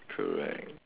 correct